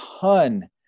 ton